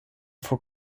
vor